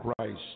Christ